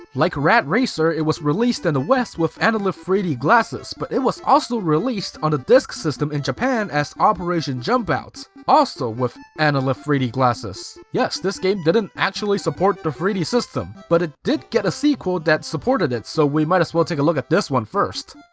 like rad racer, it was released in the west with analyph three d glasses, but it was also released on the disk system in japan as operation jump out, also with analyph three d glasses. yes, this game didn't actually support the three d system, but it did get a sequel that supported it, so we might as well take a look at this one first.